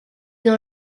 dans